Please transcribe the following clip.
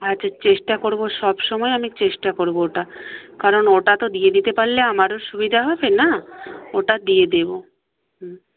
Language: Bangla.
আচ্ছা চেষ্টা করব সবসময় আমি চেষ্টা করব ওটা কারণ ওটা তো দিয়ে দিতে পারলে আমারও সুবিধা হবে না ওটা দিয়ে দেবো হুম